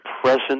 present